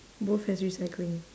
both has recycling